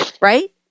right